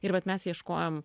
ir vat mes ieškojom